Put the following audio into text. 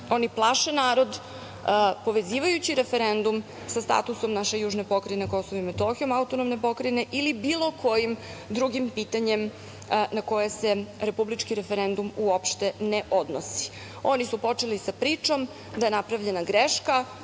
Oni plaše narod povezivajući referendum sa statusom naše južne pokrajine Kosovom i Metohijom, autonomne pokrajine ili bilo kojim drugim pitanjem na koje se republički referendum opšte ne odnosi. Oni su počeli sa pričom da je napravljena greška